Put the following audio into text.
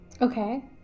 Okay